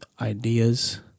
ideas